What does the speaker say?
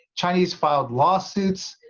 chinese filed lawsuits,